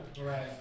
Right